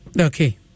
okay